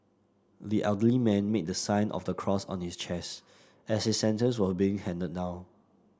the elderly man made the sign of the cross on his chest as his sentence was being handed down